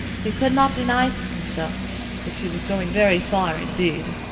he could not deny to himself that she was going very far indeed.